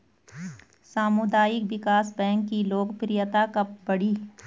सामुदायिक विकास बैंक की लोकप्रियता कब बढ़ी?